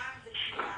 פעם כי זה החוק,